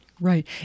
Right